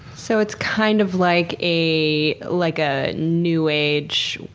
so it's kind of like a like a new-age,